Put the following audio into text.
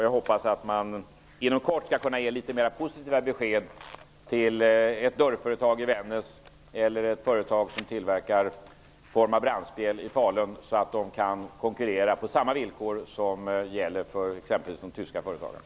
Jag hoppas att man inom kort skall kunna ge litet mer positiva besked till ett dörrföretag i Vännäs eller ett företag som tillverkar brandspjäll i Falun så att de kan konkurrera på samma villkor som gäller för exempelvis de tyska företagarna.